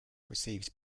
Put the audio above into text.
received